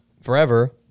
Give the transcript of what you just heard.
forever